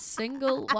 single